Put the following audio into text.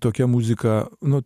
tokia muzika nu